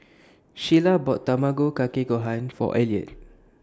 Shyla bought Tamago Kake Gohan For Eliot